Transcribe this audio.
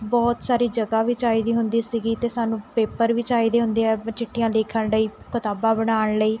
ਬਹੁਤ ਸਾਰੀ ਜਗ੍ਹਾ ਵੀ ਚਾਹੀਦੀ ਹੁੰਦੀ ਸੀਗੀ ਅਤੇ ਸਾਨੂੰ ਪੇਪਰ ਵੀ ਚਾਹੀਦੇ ਹੁੰਦੇ ਆ ਚਿੱਠੀਆਂ ਲਿਖਣ ਲਈ ਕਿਤਾਬਾਂ ਬਣਾਉਣ ਲਈ